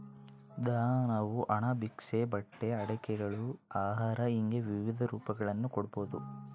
ದಾನವು ಹಣ ಭಿಕ್ಷೆ ಬಟ್ಟೆ ಆಟಿಕೆಗಳು ಆಹಾರ ಹಿಂಗೆ ವಿವಿಧ ರೂಪಗಳನ್ನು ಕೊಡ್ಬೋದು